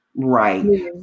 Right